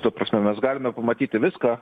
ta prasme mes galime pamatyti viską